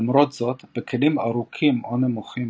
למרות זאת בכלים ארוכים או נמוכים,